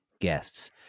guests